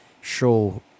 show